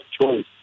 choice